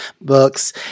books